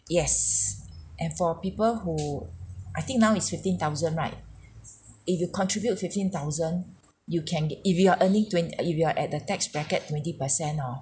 yes and for people who I think now is fifteen thousand right if you contribute fifteen thousand you can get if you are earning twenty if you are at the tax bracket twenty percent orh